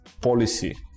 policy